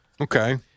Okay